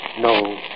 No